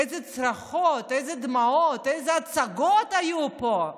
איזה צרחות, איזה דמעות, איזה הצגות היו פה,